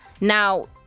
Now